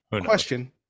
question